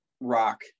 rock